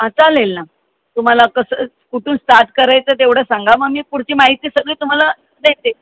हां चालेल ना तुम्हाला कसं कुठून स्टार्ट करायचं तेवढं सांगा मग मी पुढची माहिती सगळी तुम्हाला देते